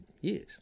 years